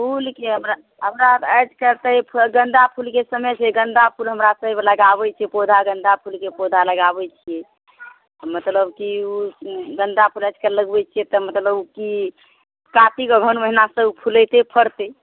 फूलके हमरा हमरा आजकल तऽ गेंदा फूलके समय छै गेंदा फूल हमरा सब लगाबैत छियै पौधा गेंदा फूलके पौधा लगाबै छियै मतलब की ओ गेंदा फूल आजकल लगबैत छियै तऽ मतलब की कातिक अगहन महिनासँ ओ फुलैतै फड़तै